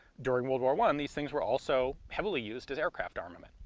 during world war one these things were also heavily used as aircraft armament,